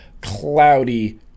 cloudy